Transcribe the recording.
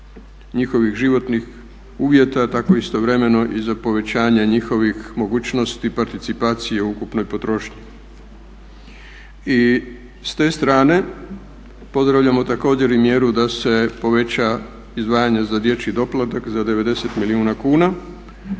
njihovih životnih uvjeta tako istovremeno i za povećanje njihovih mogućnosti i participacije u ukupnoj potrošnji. I s te strane pozdravljamo također i mjeru da se poveća izdvajanje za dječji doplatak za 90 milijuna kuna,